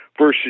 versus